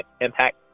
impact